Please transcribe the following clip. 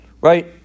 Right